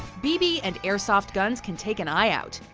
bb and airsoft guns can take an eye out,